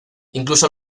incluso